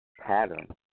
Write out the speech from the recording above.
pattern